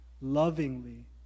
lovingly